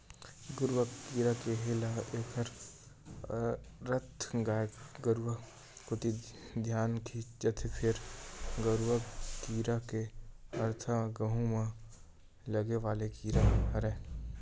गरुआ कीरा केहे ल एखर अरथ गाय गरुवा कोती धियान खिंचा जथे, फेर गरूआ कीरा के अरथ गहूँ म लगे वाले कीरा हरय